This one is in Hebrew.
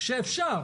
ושיעור